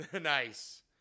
Nice